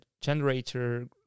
generator